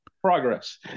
Progress